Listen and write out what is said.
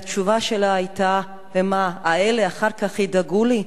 והתשובה שלה היתה: ומה, אלה אחר כך ידאגו לי?